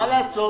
מה לעשות?